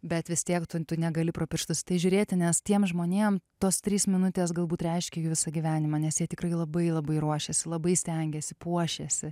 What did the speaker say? bet vis tiek tu tu negali pro pirštus į tai žiūrėti nes tiem žmonėm tos trys minutės galbūt reiškia jų visą gyvenimą nes jie tikrai labai labai ruošiasi labai stengiasi puošiasi